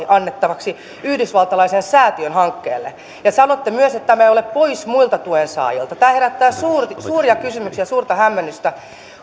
annettavaksi yhdysvaltalaisen säätiön hankkeelle ja sanotte myös että tämä ei ole pois muilta tuensaajilta tämä herättää suuria kysymyksiä ja suurta hämmennystä